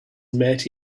met